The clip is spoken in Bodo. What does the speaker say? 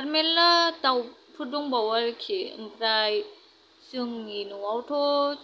आर मेरला दावफोर दंबावो आरोखि ओमफ्राय जोंनि न'आवथ'